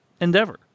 endeavor